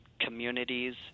communities